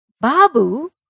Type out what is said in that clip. Babu